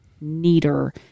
neater